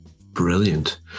brilliant